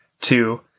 Two